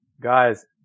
Guys